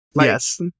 yes